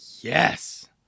yes